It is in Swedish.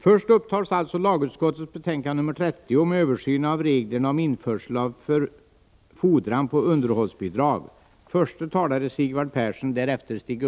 Först upptas alltså lagutskottets betänkande 30 om översyn av reglerna om införsel för fordran på underhållsbidrag.